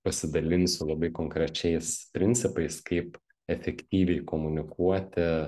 pasidalinsiu labai konkrečiais principais kaip efektyviai komunikuoti